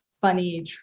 funny